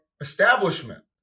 establishment